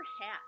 hat